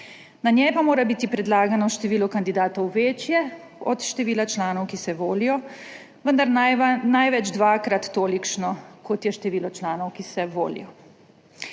na njej pa mora biti predlagano število kandidatov večje od števila članov, ki se volijo, vendar največ dvakrat tolikšno, kot je število članov, ki se volijo.